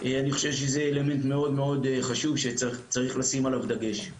אני חושב שזה יהיה אלמנט מאוד-מאוד חשוב שצריך לשים לב עליו דגש.